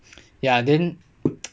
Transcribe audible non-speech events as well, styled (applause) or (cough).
ya then (noise)